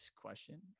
question